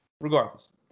Regardless